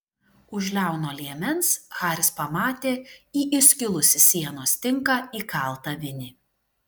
už liauno liemens haris pamatė į įskilusį sienos tinką įkaltą vinį